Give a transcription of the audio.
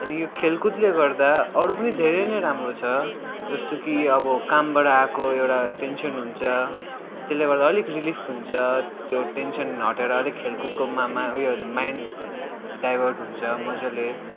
अनि यो खेलकुदले गर्दा अरू पनि धेरै नै राम्रो छ जस्तो कि अब कामबाट आएको एउटा टेन्सन हुन्छ त्यसले गर्दा अलिक रिलिफ हुन्छ त्यो टेन्सन हटेर अलिक खेलकुदको मामा उयो माइन्ड डाइभर्ट हुन्छ मजाले